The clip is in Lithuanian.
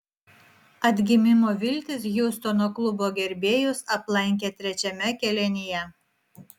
atgimimo viltys hjustono klubo gerbėjus aplankė trečiame kėlinyje